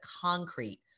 concrete